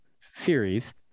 series